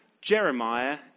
Jeremiah